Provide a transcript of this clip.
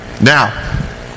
now